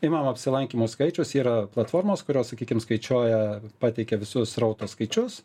imam apsilankymų skaičius yra platformos kurios sakykim skaičiuoja pateikia visus srauto skaičius